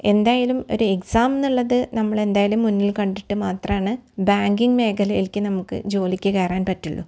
എന്തായാലും ഒരു എക്സാംന്നുള്ളത് നമ്മളെന്തായാലും മുന്നില് കണ്ടിട്ട് മാത്രമാണ് ബാങ്കിങ് മേഖലയിലെക്ക് നമുക്ക് ജോലിക്ക് കയറാന് പറ്റുള്ളു